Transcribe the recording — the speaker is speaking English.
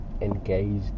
...engaged